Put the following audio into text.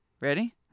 Ready